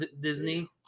Disney